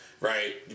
right